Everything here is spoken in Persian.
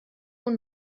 اون